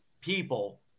people